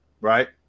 right